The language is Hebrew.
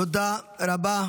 תודה רבה.